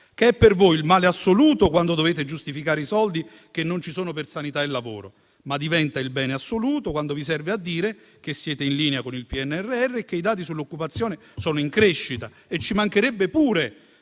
Esso è per voi il male assoluto quando dovete giustificare i soldi che non ci sono per sanità e lavoro, ma diventa il bene assoluto quando vi serve a dire che siete in linea con il PNRR e che i dati sull'occupazione sono in crescita - e ci mancherebbe pure,